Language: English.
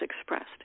expressed